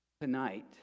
tonight